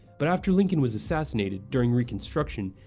but after lincoln was assassinated, during reconstruction,